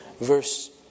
verse